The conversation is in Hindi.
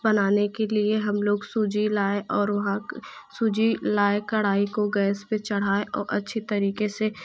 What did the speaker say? बनाने के लिए हम लोग सूजी लाये और वहाँ के सूजी लाये और कड़ाही को गैस पर चढ़ाए और अच्छी तरीके से